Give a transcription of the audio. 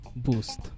boost